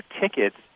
tickets